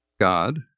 God